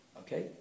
Okay